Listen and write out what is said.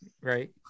Right